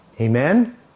Amen